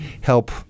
help